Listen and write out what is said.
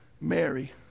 Mary